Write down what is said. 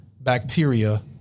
bacteria